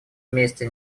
вместе